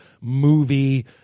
movie